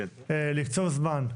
לקצוב זמן,